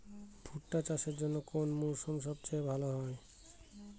ভুট্টা চাষের জন্যে কোন মরশুম সবচেয়ে ভালো?